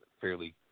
fairly